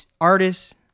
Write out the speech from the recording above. artists